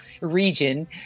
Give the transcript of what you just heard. region